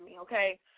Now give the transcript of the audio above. okay